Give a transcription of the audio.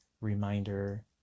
reminder